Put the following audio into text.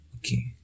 Okay